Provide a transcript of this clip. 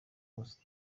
hose